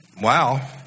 Wow